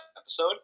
episode